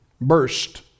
burst